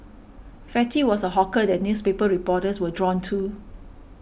Fatty was a hawker that newspaper reporters were drawn to